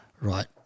right